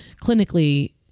clinically